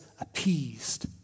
appeased